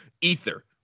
ether